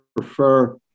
prefer